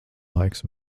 laiks